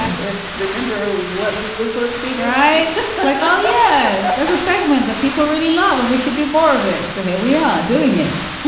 and to remember what we were supposed to be dry like oh, yeah, there's a segment that people really love and we should do more of it. so here we are doing it